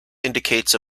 indicates